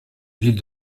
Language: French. ville